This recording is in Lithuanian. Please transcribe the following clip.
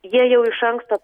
jie jau iš anksto